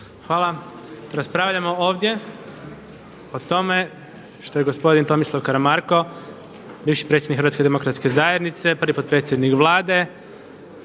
Hvala. Raspravljamo ovdje o tome što je gospodin Tomislav Karamarko bivši predsjednik Hrvatske demokratske zajednice prvi potpredsjednik Vlade,